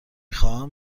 خواهم